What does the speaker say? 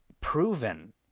proven